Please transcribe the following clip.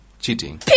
cheating